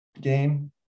game